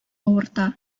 авырта